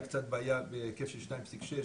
הייתה קצת בעיה בהיקף של שתיים פסיק שש,